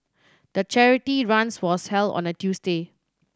the charity runs was held on a Tuesday